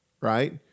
Right